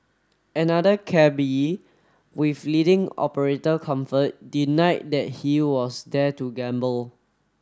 another cabby with leading operator comfort deny that he was there to gamble